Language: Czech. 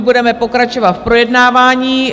Budeme pokračovat v projednávání.